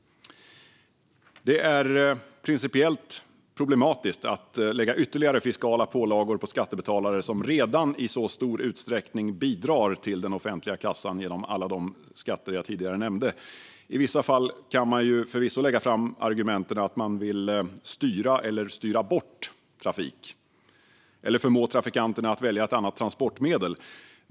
Det är principiellt problematiskt att lägga ytterligare fiskala pålagor på skattebetalare som redan i så stor utsträckning bidrar till den offentliga kassan genom alla de skatter jag tidigare nämnde. I vissa fall kan man förvisso lägga fram argumentet att man vill styra eller styra bort trafik eller att man vill förmå trafikanterna att välja ett annat transportmedel.